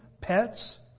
pets